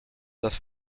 las